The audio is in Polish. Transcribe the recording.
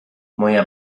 moja